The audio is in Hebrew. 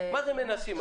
מה זה מנסים?